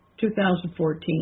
2014